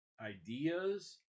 ideas